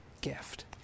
gift